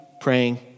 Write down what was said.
praying